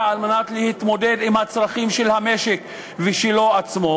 על מנת להתמודד עם הצרכים של המשק ושלו עצמו.